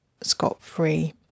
scot-free